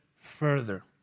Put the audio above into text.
further